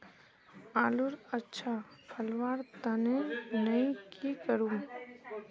आलूर अच्छा फलवार तने नई की करूम?